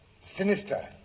Sinister